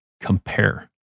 compare